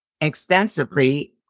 extensively